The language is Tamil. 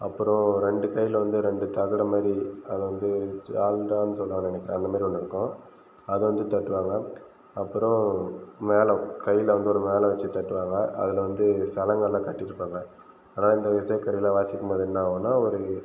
அப்பறம் ரெண்டு கையில் வந்து ரெண்டு தகடு மாரி அது வந்து ஜால்ரான்னு சொல்லுவாங்கனு நினைக்கிற அந்தமாரி ஒன்னுருக்கும் அதை வந்து தட்டுவாங்க அப்பறம் மேளம் கையில் வந்து ஒரு மேளம் வச்சு தட்டுவாங்கள் அதில் வந்து சலங்கலான் கட்டிவிட்ருப்பாங்க அதாது இந்த இசைக்கருவிலான் வாசிக்கும் போது என்னான்னா ஒரு